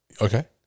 Okay